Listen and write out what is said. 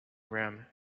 room